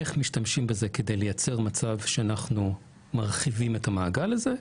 איך משתמשים בזה כדי לייצר מצב שאנחנו מרחיבים את המעגל הזה?